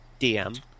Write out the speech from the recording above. DM